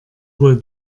wohl